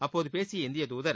அப்போது பேசிய இந்தியத் துதர்